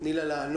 תני לה לענות.